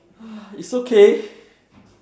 it's okay